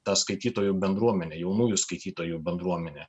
ta skaitytojų bendruomenė jaunųjų skaitytojų bendruomenė